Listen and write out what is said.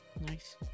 Nice